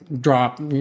drop